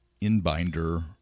Inbinder